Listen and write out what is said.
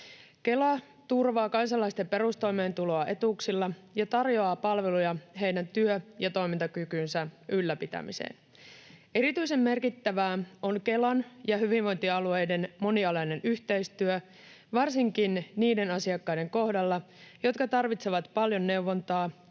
Kela turvaa kansalaisten perustoimeentuloa etuuksilla ja tarjoaa palveluja heidän työ‑ ja toimintakykynsä ylläpitämiseen. Erityisen merkittävää on Kelan ja hyvinvointialueiden monialainen yhteistyö varsinkin niiden asiakkaiden kohdalla, jotka tarvitsevat paljon neuvontaa,